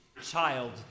child